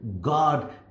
God